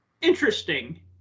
interesting